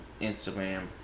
Instagram